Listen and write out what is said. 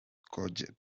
courgette